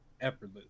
effortless